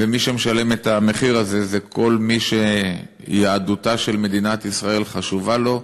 ומי שמשלם את המחיר הזה זה כל מי שיהדותה של מדינת ישראל חשובה לו,